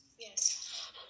yes